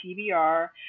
TBR